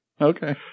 Okay